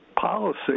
policy